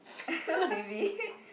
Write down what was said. maybe